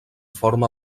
forma